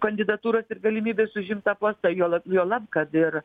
kandidatūros ir galimybės užimt tą postą juolab juolab kad ir